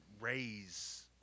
raise